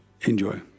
Enjoy